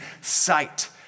sight